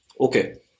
okay